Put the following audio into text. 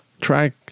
track